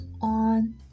on